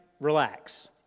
relax